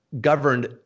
governed